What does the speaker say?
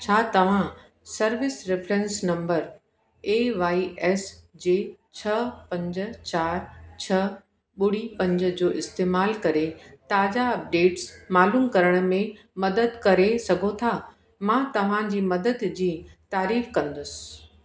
छा तव्हां service reference number A Y S J छह पंज चारि छह ॿुड़ी पंज जो इस्तेमालु करे ताज़ा अपडेट्स मालूमु करण में मदद करे सघो था मां तव्हांजी मदद जी तारीफ़ु कंदसि